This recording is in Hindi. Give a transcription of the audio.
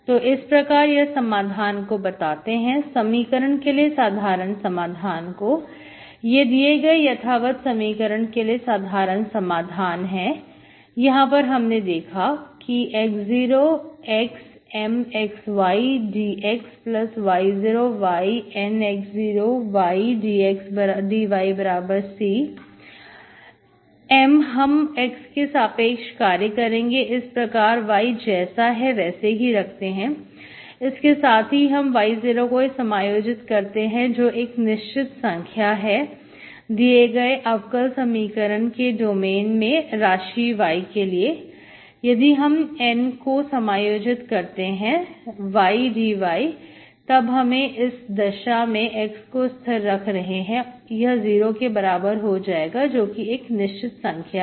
तो इस प्रकार यह समाधान को बताते हैं समीकरण के लिए साधारण समाधान को यह दिए गए यथावत समीकरण के लिए साधारण समाधान है यहां पर हमने देखा कि x0xMxy dxy0yNx0y dyC M हम x के सापेक्ष कार्य करेंगे इस प्रकार y जैसा है वैसा ही रखते हैं इसके साथ ही हम y0 को समायोजित करते हैं जो एक निश्चित संख्या है दिए गए अवकल समीकरण के डोमेन में राशि y के लिए यदि हम N को समायोजित करते हैं ydy तब हमें दशा में x को स्थिर रख रहे हैं यह x0 के बराबर हो जाएगा जो कि एक निश्चित संख्या है